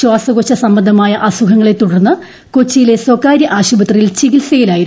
ശ്വാസകോശ സംബന്ധമായ അസുഖങ്ങളെ തുടർന്ന് കൊച്ചിയിലെ സ്വകാര്യ ആശുപത്രിയിൽ ചികിത്സയിലായിരുന്നു